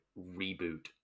reboot